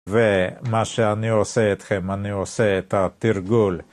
ומה שאני עושה אתכם, אני עושה את התרגול.